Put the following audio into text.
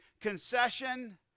concession